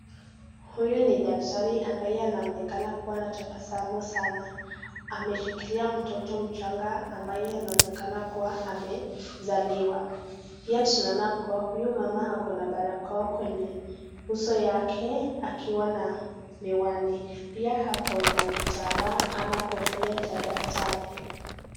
Huyu ni daktari ambaye anaonekana kuwa na tabasamu sana. Ameshikilia mtoto mchanga ambaye anaonekana kuwa amezaliwa. Pia tunaona kuwa huyu mama ako na barakoa kwenye uso wake akiwa na miwani. Pia ako na kitambaa ama kofia cha daktari.